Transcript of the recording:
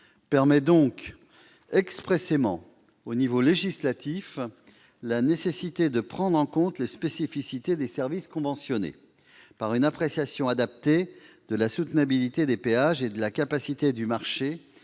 s'agit d'énoncer expressément, au niveau législatif, la nécessité de prendre en compte les spécificités des services conventionnés par une appréciation adaptée de la soutenabilité des péages et de la capacité du marché